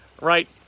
Right